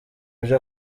ibyo